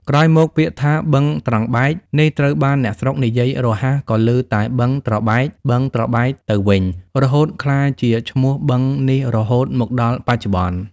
ក្រោយមក ពាក្យថា "បឹងត្រង់បែក" នេះត្រូវបានអ្នកស្រុកនិយាយរហ័ស ក៏ឮតែ "បឹងត្របែក"ៗ ទៅវិញ រហូតក្លាយជាឈ្មោះបឹងនេះរហូតមកដល់បច្ចុប្បន្ន។